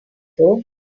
though